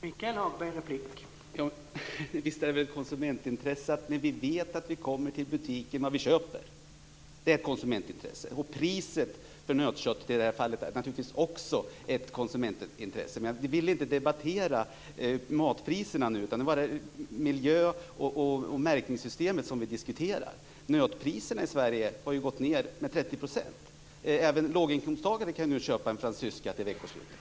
Herr talman! Visst är det ett konsumentintresse att vi när vi kommer till butiken kan veta vad vi köper. Också priset för - i det här fallet - nötköttet är naturligtvis ett konsumentintresse. Men vi vill inte nu debattera matpriserna, utan vi diskuterar miljön och märkningssystemet. Priset på nötkött har ju gått ned med 30 %. Även låginkomsttagare kan nu köpa en fransyska till veckoslutet.